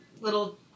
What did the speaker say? little